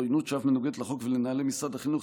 עוינות שאף מנוגדת לחוק ולנוהלי משרד החינוך,